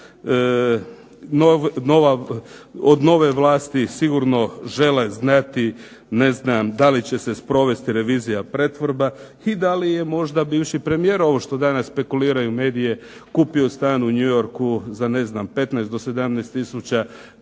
od nove vlasti sigurno žele znati da li će se sprovesti revizija pretvorba i da li je možda bivši premijer ovo što danas spekuliraju mediji kupio stan u New Yorku za ne znam za 15 do 17 tisuća